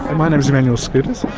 ah my name's emanuel skoutas,